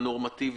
הנורמטיבי,